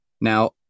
Now